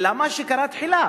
אלא מה שקרה תחילה.